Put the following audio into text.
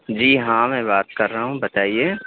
جی ہاں میں بات کر رہا ہوں بتائیے